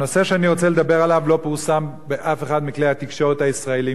הנושא שאני רוצה לדבר עליו לא פורסם באף אחד מכלי התקשורת הישראליים.